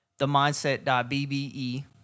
themindset.bbe